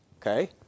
Okay